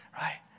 Right